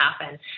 happen